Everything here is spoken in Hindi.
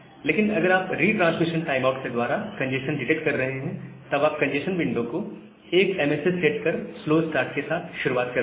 लेकिन अगर आप रिट्रांसमिशन टाइम आउट के द्वारा कंजेस्शन डिटेक्ट कर रहे हैं तब आप कंजेस्शन विंडो को 1 MSS सेट कर स्लो स्टार्ट के साथ शुरुआत करते हैं